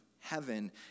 heaven